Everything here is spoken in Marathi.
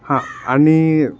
हा आणि